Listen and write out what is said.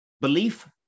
belief